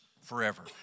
forever